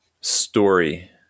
story